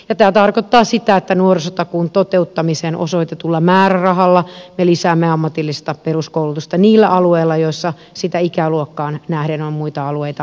tämä tarkoittaa sitä että nuorisotakuun toteuttamiseen osoitetulla määrärahalla me lisäämme ammatillista peruskoulutusta niillä alueilla joilla sitä ikäluokkaan nähden on muita alueita vähemmän